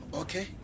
okay